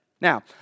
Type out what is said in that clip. Now